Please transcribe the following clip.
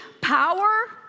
power